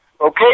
Okay